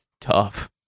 tough